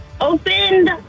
opened